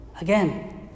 Again